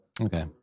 Okay